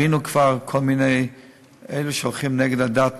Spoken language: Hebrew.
ראינו כבר כל מיני כאלה שהולכים נגד הדת,